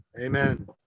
amen